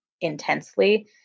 intensely